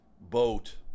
boat